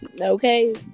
Okay